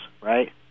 Right